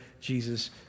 Jesus